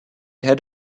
had